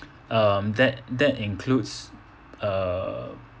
um that that includes err